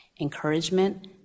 encouragement